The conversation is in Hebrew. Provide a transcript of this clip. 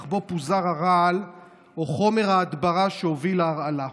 שבו פוזר הרעל או חומר ההדברה שהוביל להרעלה.